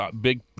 big